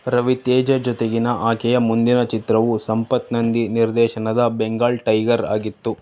ರವಿತೇಜ ಜೊತೆಗಿನ ಆಕೆಯ ಮುಂದಿನ ಚಿತ್ರವು ಸಂಪತ್ ನಂದಿ ನಿರ್ದೇಶನದ ಬೆಂಗಾಲ್ ಟೈಗರ್ ಆಗಿತ್ತು